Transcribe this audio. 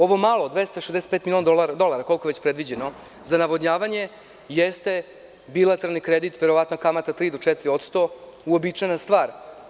Ovo malo, 265 miliona dolara, koliko je već predviđeno za navodnjavanje, jeste bilateralni kredit i verovatno je kamata 3 do 4% uobičajena stvar.